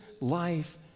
life